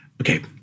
Okay